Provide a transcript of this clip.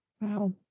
Wow